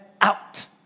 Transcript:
out